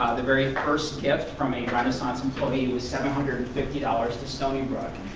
the very first gift from a renaissance employee was seven hundred and fifty dollars to stony brook.